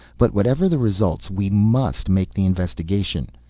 but whatever the results, we must make the investigation.